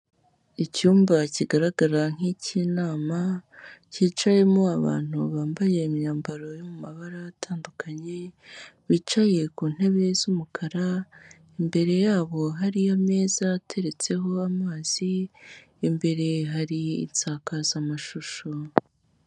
Icyumba kigaragara nki kinama kicayemo abantu bambaye imyambaro ya mabara atandukanye, bicaye ku ntebe z'umukara imbere yabo, hariyo ameza ateretseho amazi imbere hari isakazamashusho.